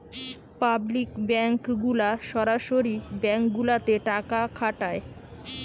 public bank গুলা সরকারি bank গুলাতে টাকা খাটায়